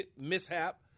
mishap